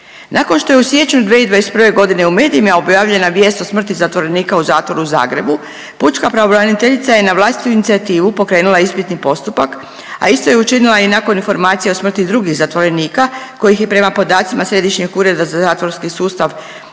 Nakon što je u siječnju 2021.g. u medijima objavljena vijest o smrti zatvorenika u zatvoru u Zagrebu pučka pravobraniteljica je na vlastitu inicijativu pokrenula ispitni postupak, a isto je učinila i nakon informacija o smrti drugih zatvorenika kojih je prema podacima Središnjeg ureda za zatvorski sustav u